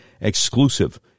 exclusive